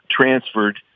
transferred